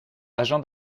agen